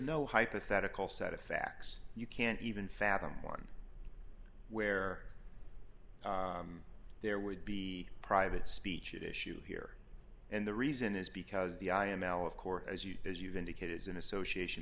no hypothetical set of facts you can't even fathom one where there would be private speech issues here and the reason is because the i m l of course as you as you've indicated is an association